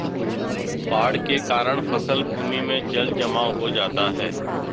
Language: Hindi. बाढ़ के कारण फसल भूमि में जलजमाव हो जाता है